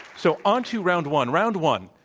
so on to round one. round one.